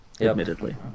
admittedly